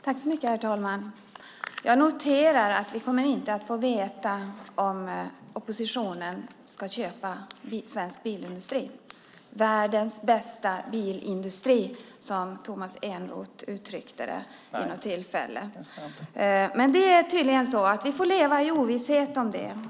Herr talman! Jag noterar att vi inte kommer att få veta om oppositionen ska köpa svensk bilindustri, världens bästa bilindustri, som Tomas Eneroth uttryckte det vid något tillfälle. Det är tydligen så att vi får leva i ovisshet om det.